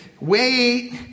wait